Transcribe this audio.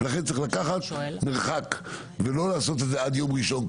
לכן צריך לקחת מרחק ולא לעשות את זה עד יום ראשון,